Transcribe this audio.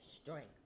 strength